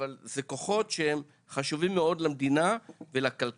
אבל זה כוחות שהם חשובים מאוד למדינה ולכלכה.